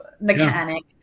mechanic